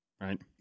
right